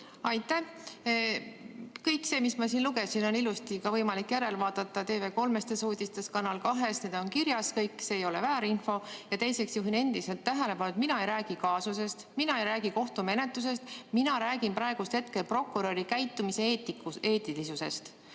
Aitäh! Kõike seda, mis ma siin ette lugesin, on ilusti võimalik järele vaadata TV3 uudistes ja Kanal 2-s. See kõik on kirjas, see ei ole väärinfo. Teiseks juhin endiselt tähelepanu sellele, et mina ei räägi kaasusest, mina ei räägi kohtumenetlusest, mina räägin praegu prokuröri käitumise eetilisusest.